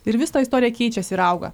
ir vis ta istorija keičiasi ir auga